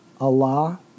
Allah